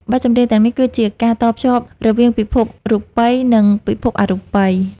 បទចម្រៀងទាំងនេះ គឺជាការតភ្ជាប់រវាងពិភពរូបិយ និងពិភពអរូបិយ។